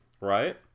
Right